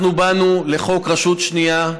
אנחנו באנו לחוק הרשות השנייה,